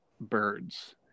birds